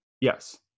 Yes